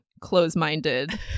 close-minded